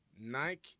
Nike